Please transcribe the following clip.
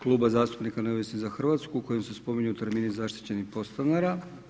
Kluba zastupnika neovisnih za Hrvatsku u kojim se spominju termini zaštićenih podstanara.